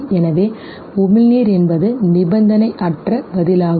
எனவே உமிழ்நீர் என்பது நிபந்தனையற்ற பதிலாகும்